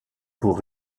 pour